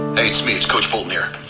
hey, it's me, it's coach bolton here.